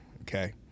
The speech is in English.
Okay